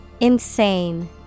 Insane